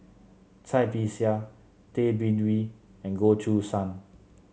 Cai Bixia Tay Bin Wee and Goh Choo San